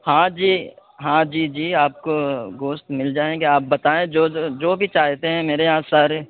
ہاں جی ہاں جی جی آپ کو گوشت مل جائیں گے آپ بتائیں جو جو جو بھی چاہتے ہیں میرے یہاں سارے